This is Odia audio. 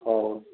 ହଉ